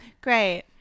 Great